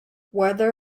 weather